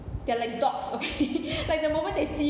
they are like dogs okay like the moment they see